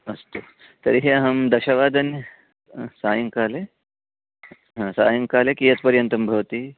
अस्तु तर्हि अहं दशवादने सायङ्काले हा सायङ्काले कियत्पर्यन्तं भवति